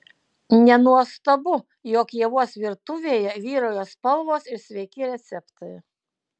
nenuostabu jog ievos virtuvėje vyrauja spalvos ir sveiki receptai